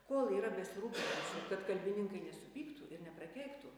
kol yra besirūpinančių kad kalbininkai nesupyktų ir neprakeiktų